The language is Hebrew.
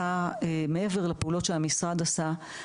מעבר לפעולות שהמשרד עשה,